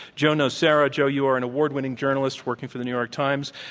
joe nocera. joe, you are an award-winning journalist working for the new york times